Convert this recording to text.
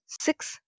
six